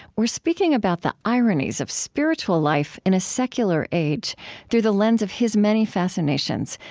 we're speaking about the ironies of spiritual life in a secular age through the lens of his many fascinations,